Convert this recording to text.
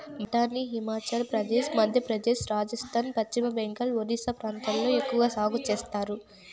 బఠానీని హిమాచల్ ప్రదేశ్, మధ్యప్రదేశ్, రాజస్థాన్, పశ్చిమ బెంగాల్, ఒరిస్సా ప్రాంతాలలో ఎక్కవగా సాగు చేత్తారు